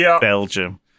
Belgium